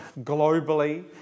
globally